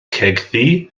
cegddu